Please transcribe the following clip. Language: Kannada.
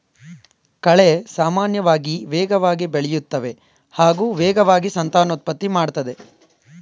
ಕಳೆ ಸಾಮಾನ್ಯವಾಗಿ ವೇಗವಾಗಿ ಬೆಳೆಯುತ್ತವೆ ಹಾಗೂ ವೇಗವಾಗಿ ಸಂತಾನೋತ್ಪತ್ತಿಯನ್ನು ಮಾಡ್ತದೆ